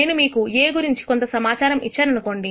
నేను మీకు A గురించి కొంత సమాచారం ఇచ్చాననుకోండి